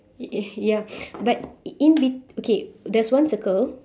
i~ uh ya but in be~ okay there's one circle